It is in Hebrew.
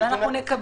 ואנחנו נקבל.